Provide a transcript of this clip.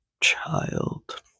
child